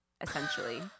essentially